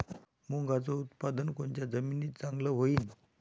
मुंगाचं उत्पादन कोनच्या जमीनीत चांगलं होईन?